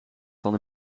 van